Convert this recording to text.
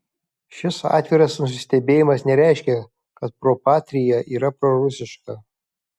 šis atviras nusistebėjimas nereiškia kad pro patria yra prorusiška